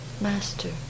master